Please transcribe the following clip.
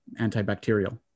antibacterial